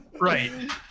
Right